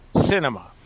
cinema